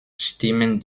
stimmen